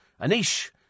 Anish